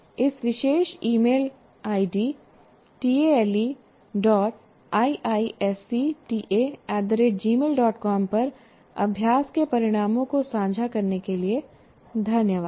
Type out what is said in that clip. इस विशेष email ID taleiisctagmailcom पर अभ्यास के परिणामों को साझा करने के लिए धन्यवाद